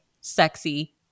sexy